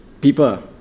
people